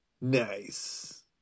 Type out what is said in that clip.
Nice